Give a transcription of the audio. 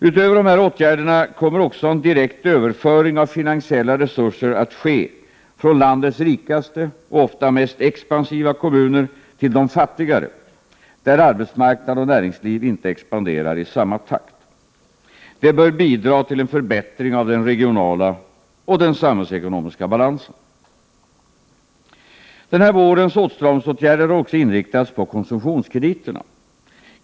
Utöver de här åtgärderna kommer också en direkt överföring av finansiella resurser att ske från landets rikaste — och ofta mest expansiva — kommuner till de fattigare, där arbetsmarknad och näringsliv inte expanderar i samma takt. Det bör bidra till en förbättring av den regionala och den samhällsekonomiska balansen. Den här vårens åtstramningsåtgärder har också inriktats på konsumtionskrediterna.